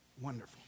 Wonderful